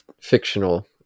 fictional